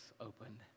opened